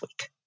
week